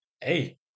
Hey